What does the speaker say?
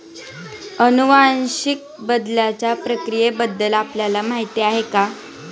अनुवांशिक बदलाच्या प्रक्रियेबद्दल आपल्याला माहिती आहे का?